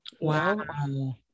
wow